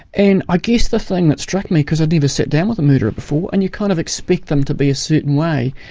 and i ah guess the thing that struck me, because i'd never sat down with a murderer before, and you kind of expect them to be a certain way.